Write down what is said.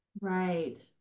Right